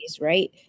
right